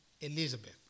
Elizabeth